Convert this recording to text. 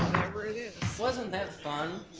whenever it is. wasn't that fun?